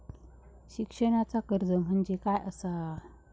शिक्षणाचा कर्ज म्हणजे काय असा?